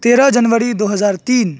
تیرہ جنوری دو ہزار تین